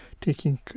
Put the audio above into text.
taking